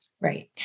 Right